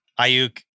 Ayuk